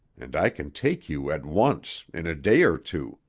and i can take you at once in a day or two.